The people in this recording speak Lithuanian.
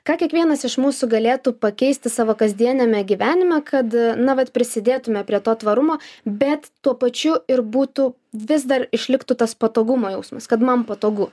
ką kiekvienas iš mūsų galėtų pakeisti savo kasdieniame gyvenime kad na vat prisidėtume prie to tvarumo bet tuo pačiu ir būtų vis dar išliktų tas patogumo jausmas kad man patogu